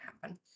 happen